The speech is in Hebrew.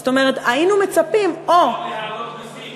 זאת אומרת, היינו מצפים, וגם להעלות מסים.